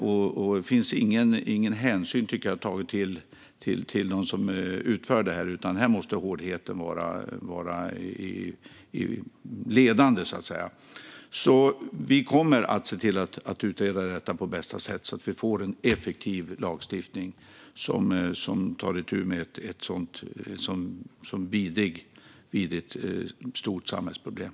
Det finns inte, tycker jag, någon hänsyn att ta till dem som utför detta, utan här måste hårdheten vara ledande. Vi kommer alltså att se till att utreda detta på bästa sätt så att vi får en effektiv lagstiftning som tar itu med ett stort, vidrigt samhällsproblem.